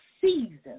season